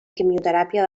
quimioteràpia